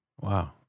Wow